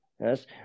yes